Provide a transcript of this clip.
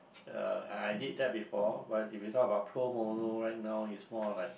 uh I did that before but if you talk about pro bono right now it's more of like